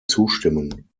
zustimmen